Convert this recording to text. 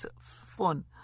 phone